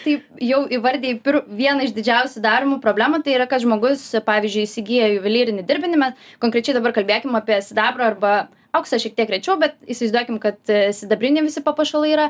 tai jau įvardijai pir vieną iš didžiausių daromų problemų tai yra kad žmogus pavyzdžiui įsigyja juvelyrinį dirbinį bet konkrečiai dabar kalbėkim apie sidabrą arba auksą šiek tiek rečiau bet įsivaizduokim kad sidabriniai visi papuošalai yra